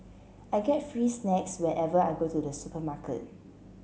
I get free snacks whenever I go to the supermarket